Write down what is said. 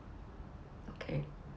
okay